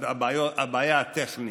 הבעיה הטכנית,